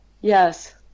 Yes